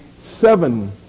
seven